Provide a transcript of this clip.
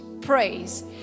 praise